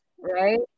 Right